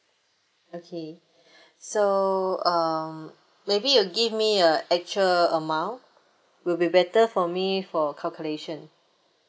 okay so um maybe you give me a actual amount will be better for me for calculation